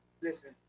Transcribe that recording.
listen